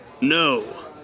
No